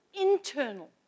internal